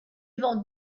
vents